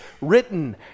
written